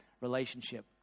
relationship